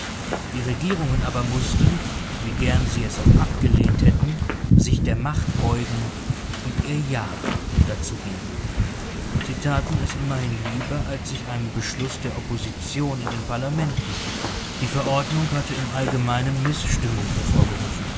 die regierungen aber mußten wie gern sie es auch abgelehnt hätten sich der macht beugen und ihr ja dazu geben sie taten es immerhin lieber als sich einem beschluß der opposition in den parlamenten zu fügen die verordnung hatte im allgemeinen mißstimmung hervorgerufen